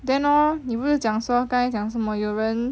then hor 你不是讲说刚才讲说什么有人